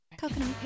Coconut